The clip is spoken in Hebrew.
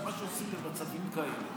מה שעושים במצבים כאלה,